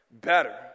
better